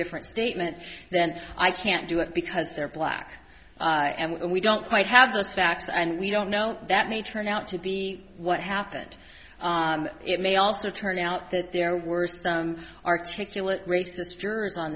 different statement then i can't do it because they're black and we don't quite have those facts and we don't know that may turn out to be what happened it may also turn out that there were some articulate racist